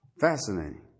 Fascinating